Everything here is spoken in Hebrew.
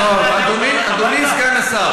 אדוני סגן השר,